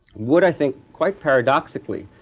would i think, quite paradoxically,